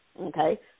okay